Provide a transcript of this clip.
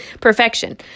perfection